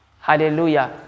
Hallelujah